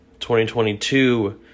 2022